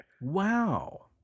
Wow